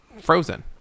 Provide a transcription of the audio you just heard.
frozen